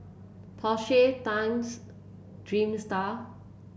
Porsche Times Dreamster